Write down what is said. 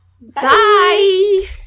Bye